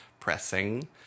pressing